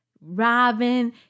Robin